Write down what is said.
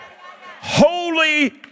Holy